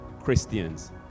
christians